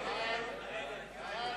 יוצבעו בהצבעה אלקטרונית.